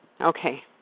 Okay